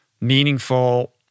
meaningful